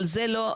אבל זה לא,